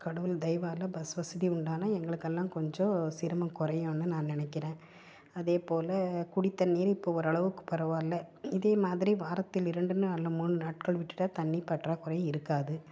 கடவுள் தெய்வா பஸ் வசதி உண்டான எங்களுக்கெல்லாம் கொஞ்சம் சிரமம் குறையுனு நான் நினைக்கிறேன் அதே போல் குடி தண்ணிர் இப்போ ஓரளவுக்கு பரவாயில்லை இதே மாதிரி வாரத்தில் இரண்டு நாலு மூணு நாட்கள் விட்டுட்டா தண்ணி பற்றாக்குறை இருக்காது